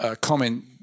comment